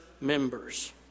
members